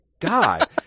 god